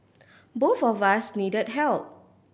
both of us needed help